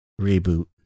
reboot